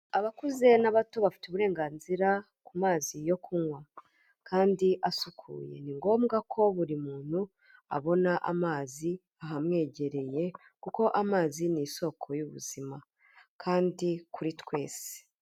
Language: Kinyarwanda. Abakuze n'abato bafite uburenganzira ku mazi yo kunywa kandi asukuye, ni ngombwa ko buri muntu abona amazi ahamwegereye kuko amazi ni isoko y'ubuzima kandi kuri twese.